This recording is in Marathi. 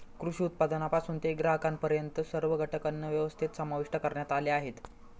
कृषी उत्पादनापासून ते ग्राहकांपर्यंत सर्व घटक अन्नव्यवस्थेत समाविष्ट करण्यात आले आहेत